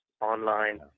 online